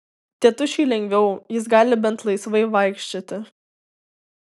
tėtušiui lengviau jis gali bent laisvai vaikščioti